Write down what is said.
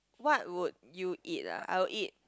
what would you eat lah I'll eat